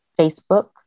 Facebook